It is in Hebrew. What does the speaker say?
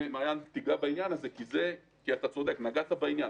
אתה צודק, ונגעת בעניין.